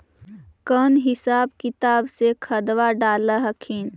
कौन हिसाब किताब से खदबा डाल हखिन?